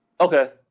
Okay